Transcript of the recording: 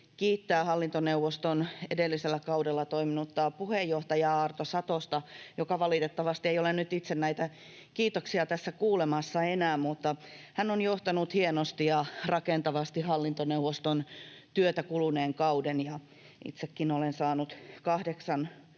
kiittää hallintoneuvoston edellisellä kaudella toiminutta puheenjohtaja Arto Satosta, joka valitettavasti ei ole nyt itse näitä kiitoksia tässä kuulemassa enää, mutta hän on johtanut hienosti ja rakentavasti hallintoneuvoston työtä kuluneen kauden. Itsekin olen saanut kahdeksan